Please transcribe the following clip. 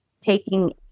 taking